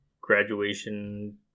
graduation